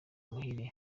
muhire